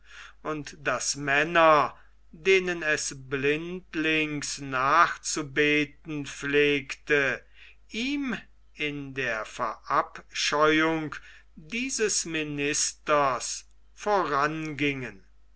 und daß männer denen es blindlings nachzubeten pflegte ihm in der verabscheuung dieses ministers vorangingen